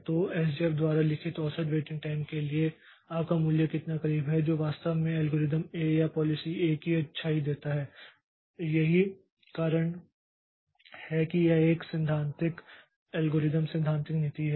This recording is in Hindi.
तो एसजेएफ द्वारा लिखित औसत वेटिंग टाइम के लिए आपका मूल्य कितना करीब है जो वास्तव में एल्गोरिथ्म ए या पॉलिसी ए की अच्छाई देता है यही कारण है कि यह एक सैद्धांतिक एल्गोरिथ्म सैद्धांतिक नीति है